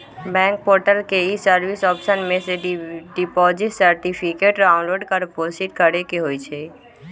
bank portal के ई service option में से डिपॉजिट सर्टिफिकेट डाउनलोड कर प्रोसीड करेके होइ छइ